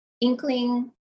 inkling